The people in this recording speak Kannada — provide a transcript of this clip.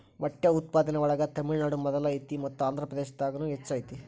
ಮೊಟ್ಟೆ ಉತ್ಪಾದನೆ ಒಳಗ ತಮಿಳುನಾಡು ಮೊದಲ ಐತಿ ಮತ್ತ ಆಂದ್ರಪ್ರದೇಶದಾಗುನು ಹೆಚ್ಚ ಐತಿ